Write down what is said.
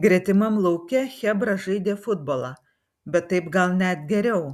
gretimam lauke chebra žaidė futbolą bet taip gal net geriau